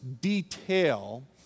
detail